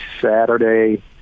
Saturday